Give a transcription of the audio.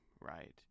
right